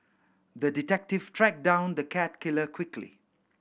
the detective tracked down the cat killer quickly